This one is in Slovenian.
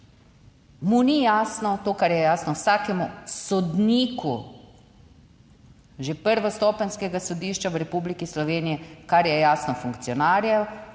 mu ni jasno to, kar je jasno vsakemu sodniku že prvostopenjskega sodišča v Republiki Sloveniji, kar je jasno funkcionarjev,